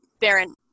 baron